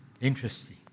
Interesting